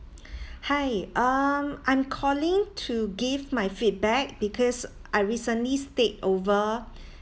hi um I'm calling to give my feedback because I recently stayed over